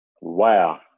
Wow